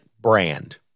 brand